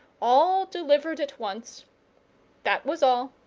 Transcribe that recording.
all delivered at once that was all,